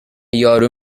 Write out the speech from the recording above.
یارو